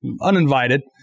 uninvited